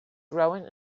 growing